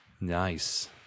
nice